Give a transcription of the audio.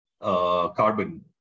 carbon